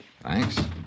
Thanks